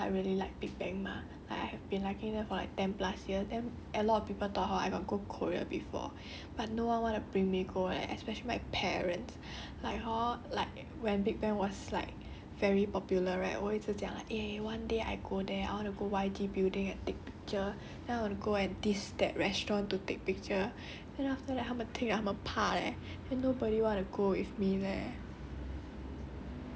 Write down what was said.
I feel hor I hope that I can go korea one day leh 很多人都以为我有去过 cause I really like big bang mah I have been liking them for like ten plus years then a lot of people thought hor I got go korea before but no one want to bring me go eh especially my parents like hor like when big bang was like very popular right 我一直这样 eh like uh one day I go there I want to go Y_G building and take picture then I will go and this that restaurant to take picture and then after that 他们